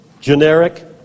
generic